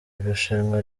irushanwa